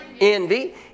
envy